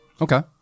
okay